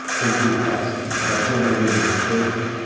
can they trust you. but then i made a mistake